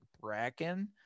Bracken